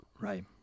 Right